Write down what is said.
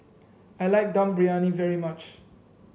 I like Dum Briyani very much